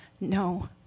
no